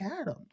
Adam